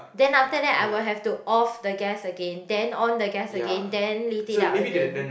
then after that I will have to off the gas again then on the gas again then lit it up again